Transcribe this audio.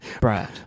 Brad